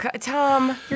Tom